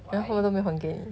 给他 hold 都没有还给你